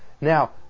now